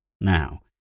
now